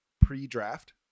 pre-draft